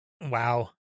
Wow